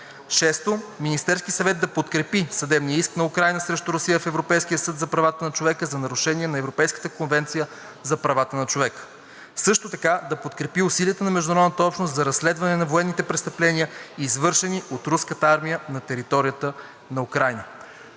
6. Министерският съвет да подкрепи съдебния иск на Украйна срещу Русия в Европейския съд за правата на човека за нарушения на Европейската конвенция за правата на човека. Също така да подкрепи усилията на международната общност за разследване на военните престъпления, извършени от Руската армия на територията на Украйна.“